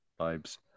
Vibes